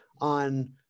on